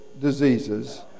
diseases